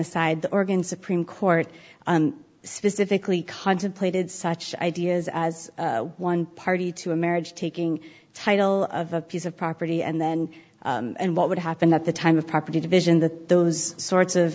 the organ supreme court specifically contemplated such ideas as one party to a marriage taking title of a piece of property and then and what would happen at the time of property division that those sorts of